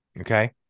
Okay